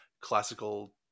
classical